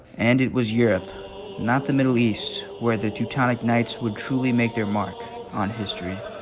and it was europe not the middle east where the teutonic knights would truly make their mark on history.